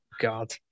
God